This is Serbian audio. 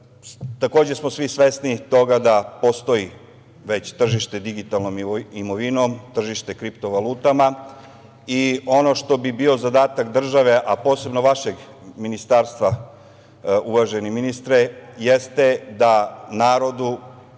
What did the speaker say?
svi smo svesni toga da postoji tržište digitalnom imovinom, tržište kriptovalutama. Ono što bi bio zadatak države, a posebno vašeg Ministarstva, uvaženi ministre, jeste da narodu,